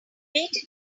beat